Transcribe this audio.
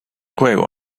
juego